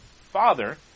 father